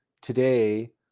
today